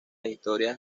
historias